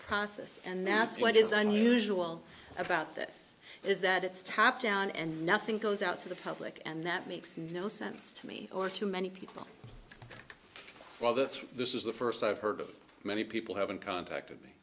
process and that's what is unusual about this is that it's top down and nothing goes out to the public and that makes no sense to me or to many people well that's why this is the first i've heard of many people haven't contacted me